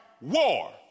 war